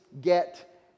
get